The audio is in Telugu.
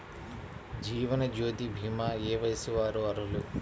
జీవనజ్యోతి భీమా ఏ వయస్సు వారు అర్హులు?